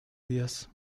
días